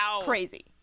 crazy